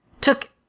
took